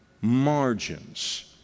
margins